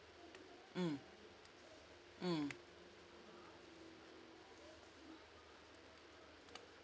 mm mm